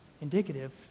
indicative